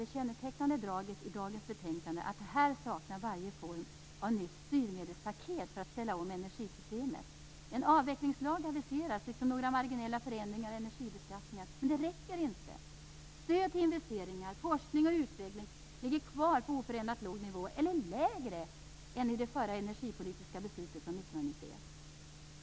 Det kännetecknande draget i dagens betänkande är att här saknas varje form av nytt styrmedelspaket för att ställa om energisystemet. En avvecklingslag aviseras, liksom några marginella förändringar i energibeskattningen, men det räcker inte. Stöd till investeringar, forskning och utveckling ligger kvar på oförändrat låg nivå eller lägre än i det förra energipolitiska beslutet från 1991.